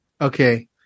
Okay